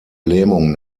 lähmung